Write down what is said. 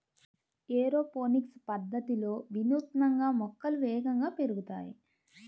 aeroponics పద్ధతిలో వినూత్నంగా మొక్కలు వేగంగా పెరుగుతాయి